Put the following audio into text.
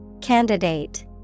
Candidate